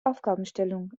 aufgabenstellung